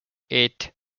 eight